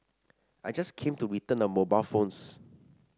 I just came to return a mobile phones